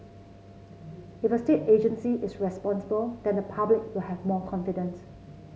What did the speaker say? if a state agency is responsible then the public will have more confident